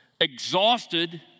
exhausted